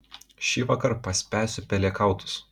šįvakar paspęsiu pelėkautus